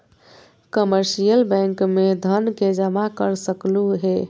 commercial bank में धन के जमा कर सकलु हें